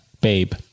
babe